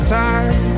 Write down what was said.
time